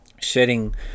shedding